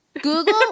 Google